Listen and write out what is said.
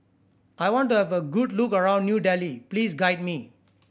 I want to have a good look around New Delhi please guide me